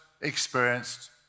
experienced